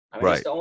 Right